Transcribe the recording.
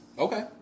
Okay